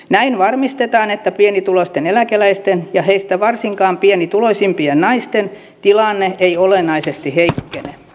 näin varmistetaan että pienituloisten eläkeläisten ja heistä varsinkaan pienituloisimpien naisten tilanne ei olennaisesti heikkene